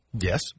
yes